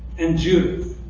and judith